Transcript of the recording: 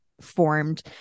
formed